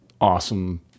Awesome